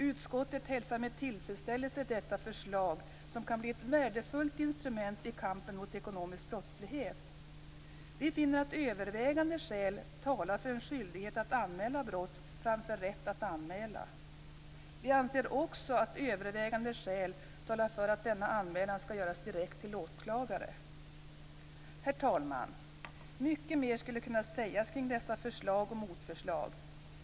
Utskottet hälsar med tillfredsställelse detta förslag som kan bli ett värdefullt instrument i kampen mot ekonomisk brottslighet. Vi finner att övervägande skäl talar för en skyldighet att anmäla brott framför rätt att anmäla. Vi anser också att övervägande skäl talar för att denna anmälan skall göras direkt till åklagare. Herr talman! Mycket mer skulle kunna sägas kring dessa förslag och motförslag.